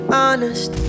honest